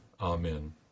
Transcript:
Amen